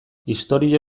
istorio